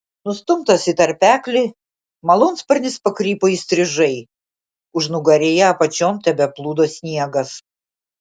nustumtas į tarpeklį malūnsparnis pakrypo įstrižai užnugaryje apačion tebeplūdo sniegas